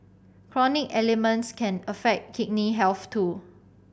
chronic ailments can affect kidney health too